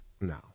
No